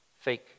fake